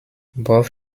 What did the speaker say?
both